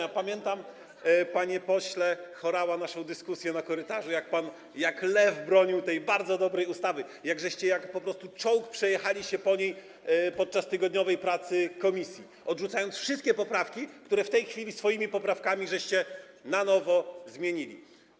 Ja pamiętam, panie pośle Horała, naszą dyskusję na korytarzu, jak pan jak lew bronił tej bardzo dobrej ustawy, pamiętam, żeście po prostu jak czołg przejechali się po niej podczas tygodniowej pracy komisji, odrzucając wszystkie poprawki, a w tej chwili swoimi poprawkami to na nowo zmieniliście.